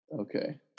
Okay